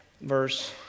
verse